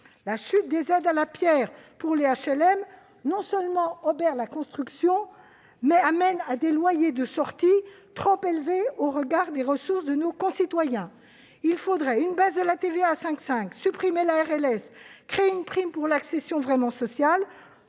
La chute des aides à la pierre pour les HLM non seulement obère la construction, mais conduit à fixer des loyers de sortie trop élevés au regard des ressources de nos concitoyens. Il faudrait baisser le taux de TVA à 5,5 %, supprimer la RLS et créer une prime pour l'accession vraiment sociale